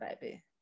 baby